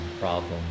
problem